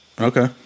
Okay